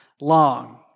long